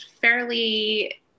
fairly